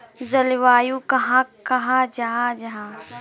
जलवायु कहाक कहाँ जाहा जाहा?